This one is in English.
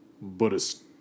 buddhist